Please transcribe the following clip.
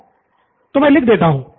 छात्र तो मैं लिख देता हूँ